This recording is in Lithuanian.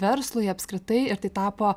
verslui apskritai ir tai tapo